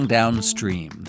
Downstream